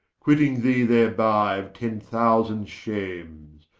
quitting thee thereby of ten thousand shames,